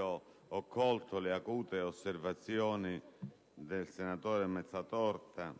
ho colto le acute osservazioni del senatore Mazzatorta,